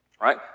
Right